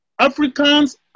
Africans